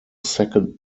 second